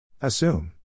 Assume